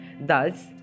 Thus